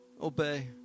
obey